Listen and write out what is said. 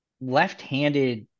left-handed